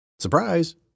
Surprise